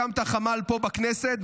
הקמת חמ"ל פה בכנסת,